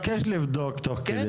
תבדקו תוך כדי